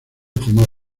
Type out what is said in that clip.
fumar